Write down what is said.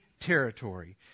territory